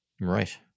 right